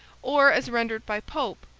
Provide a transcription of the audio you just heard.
or, as rendered by pope.